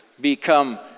become